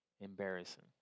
Embarrassing